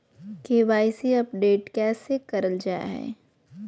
KYC update कैसे करल जाहै?